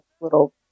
little